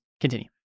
continue